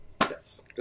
yes